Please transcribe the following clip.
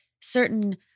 certain